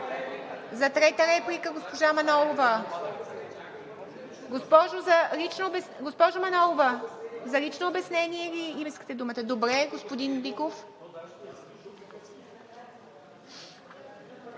За трета реплика – госпожа Манолова. Госпожо Манолова, за лично обяснение ли искате думата? Добре. (Реплика